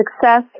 success